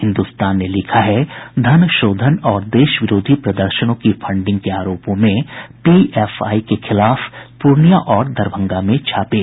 हिन्दुस्तान ने लिखा है धन शोधन और देश विरोधी प्रदर्शनों की फंडिंग के आरोपों में पीएफआई के खिलाफ पूर्णियां और दरभंगा में छापे